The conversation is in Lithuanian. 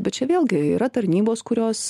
bet čia vėlgi yra tarnybos kurios